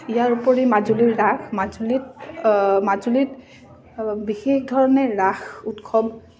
ইয়াৰ উপৰি মাজুলীৰ ৰাস মাজুলীত মাজুলীত বিশেষ ধৰণে ৰাস উৎসৱ